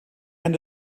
end